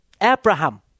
Abraham